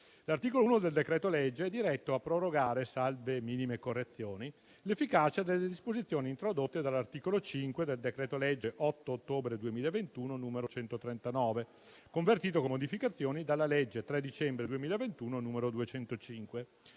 L'articolo 1 del decreto-legge è diretto a prorogare, salve minime correzioni, l'efficacia delle disposizioni introdotte dall'articolo 5 del decreto-legge 8 ottobre 2021, n. 139, convertito, con modificazioni, dalla legge 3 dicembre 2021, n. 205,